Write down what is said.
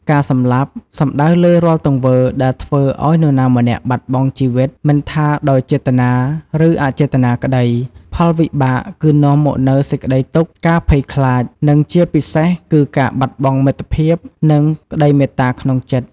ការសម្លាប់ សំដៅលើរាល់ទង្វើដែលធ្វើឲ្យនរណាម្នាក់បាត់បង់ជីវិត មិនថាដោយចេតនា ឬអចេតនាក្តី ផលវិបាកគឺនាំមកនូវសេចក្តីទុក្ខ ការភ័យខ្លាច និងជាពិសេសគឺការបាត់បង់មិត្តភាព និងក្តីមេត្តាក្នុងចិត្ត។